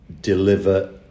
deliver